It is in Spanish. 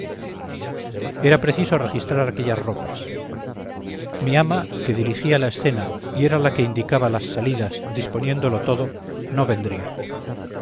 era preciso registrar aquellas ropas mi ama que dirigía la escena y era la que indicaba las salidas disponiéndolo todo no vendría